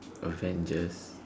Avengers